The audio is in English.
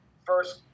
First